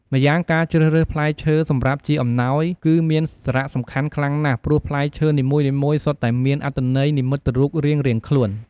ម្យ៉ាងការជ្រើសរើសផ្លែឈើសម្រាប់ជាអំណោយ គឺមានសារៈសំខាន់ខ្លាំងណាស់ ព្រោះផ្លែឈើនីមួយៗសុទ្ធតែមានអត្ថន័យនិមិត្តរូបរៀងៗខ្លួន។